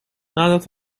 nadat